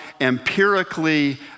empirically